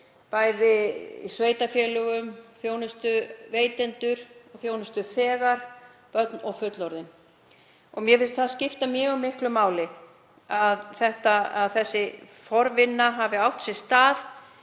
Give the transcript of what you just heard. bæði í sveitarfélögum, þjónustuveitendur, þjónustuþegar, börn og fullorðin. Mér finnst það skipta mjög miklu máli að þessi forvinna hafi átt sér stað